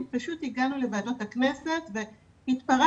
אנחנו פשוט הגענו לוועדות הכנסת והתפרצנו,